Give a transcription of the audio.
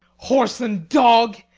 whoreson dog!